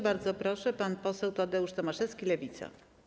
Bardzo proszę, pan poseł Tadeusz Tomaszewski, Lewica.